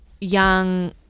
young